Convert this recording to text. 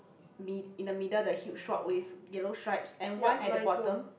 mi~ in the middle the huge rock with yellow stripes and one at the bottom